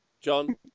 john